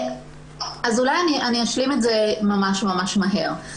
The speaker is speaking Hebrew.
אני אשלים את זה ממש מהר.